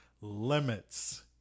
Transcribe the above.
limits